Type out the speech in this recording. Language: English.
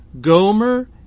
Gomer